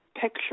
picture